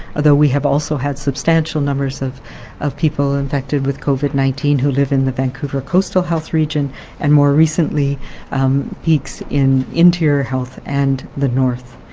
although we have also had substantial numbers of of people infected with covid nineteen who live in the vancouver coastal region and more recently peaks in interior health and the north.